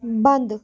بنٛدٕ